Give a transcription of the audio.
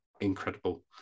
incredible